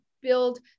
build